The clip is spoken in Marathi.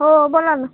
हो बोला ना